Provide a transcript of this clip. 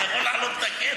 אני יכול לעלות לתקן?